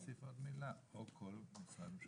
אז רק צריך להוסיף עוד מילה "או כל משרד ממשלתי אחר".